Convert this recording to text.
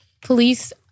police